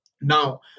Now